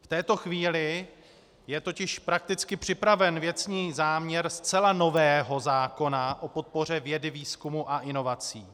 V této chvíli je totiž prakticky připraven věcný záměr zcela nového zákona o podpoře vědy, výzkumu a inovací.